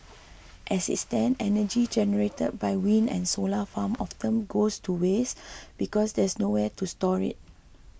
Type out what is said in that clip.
as it stand energy generated by wind and solar farms often goes to waste because there's nowhere to store it